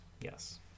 Yes